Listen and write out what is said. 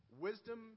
Wisdom